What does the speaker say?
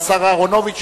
והשר אהרונוביץ,